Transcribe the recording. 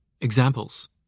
Examples